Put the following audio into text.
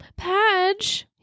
Padge